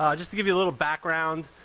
just to give you a little background.